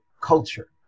culture